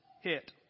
hit